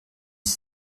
dix